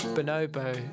Bonobo